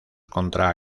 contra